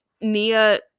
Nia